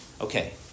Okay